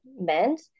meant